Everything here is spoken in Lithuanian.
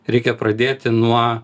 reikia pradėti nuo